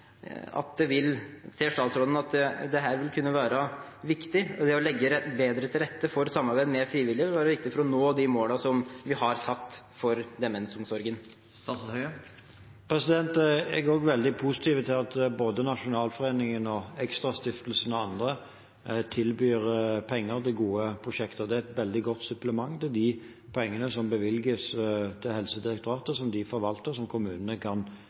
Ser statsråden at det å legge bedre til rette for samarbeid med frivillige kan være viktig for å nå de målene som vi har satt for demensomsorgen? Jeg er også veldig positiv til at både Nasjonalforeningen, Extrastiftelsen og andre tilbyr penger til gode prosjekter. Det er et veldig godt supplement til de pengene som bevilges til Helsedirektoratet, som de forvalter, og som kommunene kan